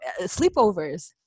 sleepovers